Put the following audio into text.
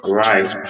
right